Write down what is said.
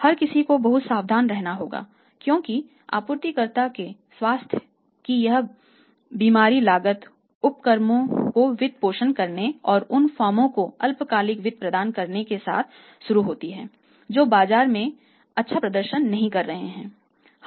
हर किसी को बहुत सावधान रहना होगा क्योंकि आपूर्तिकर्ता के स्वास्थ्य की यह बीमारी गलत उपक्रमों को वित्त पोषण करने और उन फर्मों को अल्पकालिक वित्त प्रदान करने के साथ शुरू होती है जो बाजार में अच्छा प्रदर्शन नहीं कर रहे हैं